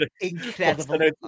incredible